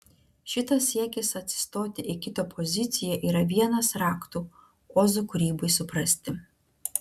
šitas siekis atsistoti į kito poziciją yra vienas raktų ozo kūrybai suprasti